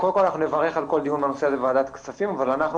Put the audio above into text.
קודם כל אנחנו נברך על כל דיון בנושא בוועדת כספים אבל אנחנו